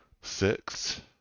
Six